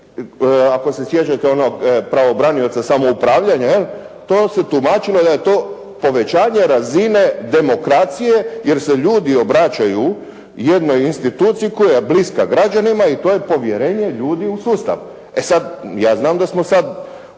Ako se sjećate onog pravobranioca samoupravljanja jel, to se tumačilo da je to povećanje razine demokracije jer se ljudi obraćaju jednoj instituciji koja je bliska građanima i to je povjerenje ljudi u sustav. E sad, ja znam da smo sad